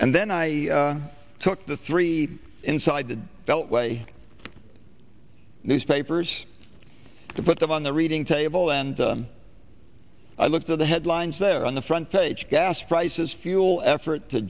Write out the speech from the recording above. and then i took the three inside the beltway newspapers to put them on the reading table and i looked at the headlines there on the front page gas prices fuel effort to